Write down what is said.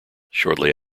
shortly